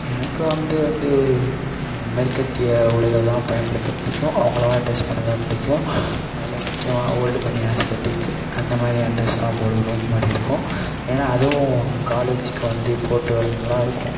எனக்கு வந்து வந்து மேற்கத்திய உடைகள் தான் பயன்படுத்த பிடிக்கும் அவங்களை மாதிரி ட்ரெஸ் பண்ணுறது தான் பிடிக்கும் அதில் முக்கியமா ஓல்டு மனி ஆசடிக் அந்த மாதிரியான ட்ரெஸ் தான் போடணும் மாதிரி இருக்கும் ஏன்னா அதுவும் காலேஜுக்கு வந்து போட்டு வர நல்லா இருக்கும்